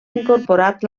incorporat